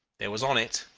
there was on it,